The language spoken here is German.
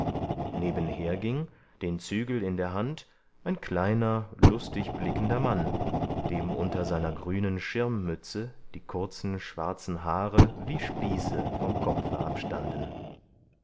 nebenher ging den zügel in der hand ein kleiner lustig blickender mann dem unter seiner grünen schirmmütze die kurzen schwarzen haare wie spieße vom kopfe abstanden